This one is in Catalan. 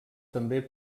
també